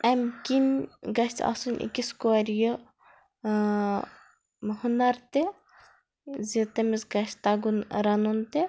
امہِ کِنۍ گژھِ آسُن أکِس کورِ یہِ ہُنر تہِ زِ تٔمِس گژھِ تَگُن رَنُن تہِ